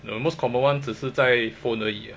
the most common [one] 只是在 phone 而已